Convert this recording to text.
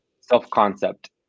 self-concept